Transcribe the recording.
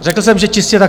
Řekl jsem, že čistě takto.